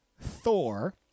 Thor